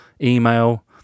email